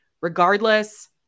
regardless